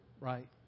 right